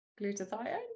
glutathione